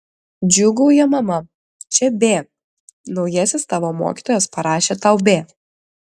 džiūgauja mama čia b naujasis tavo mokytojas parašė tau b